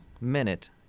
minute